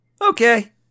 Okay